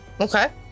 Okay